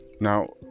Now